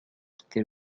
quitter